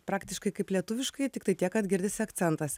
praktiškai kaip lietuviškai tiktai tiek kad girdisi akcentas